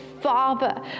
father